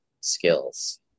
skills